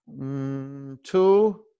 two